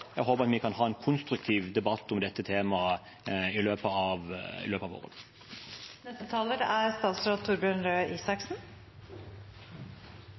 jeg håper vi kan ha en konstruktiv debatt om dette temaet i løpet av